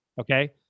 Okay